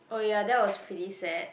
oh ya that was pretty sad